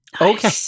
Okay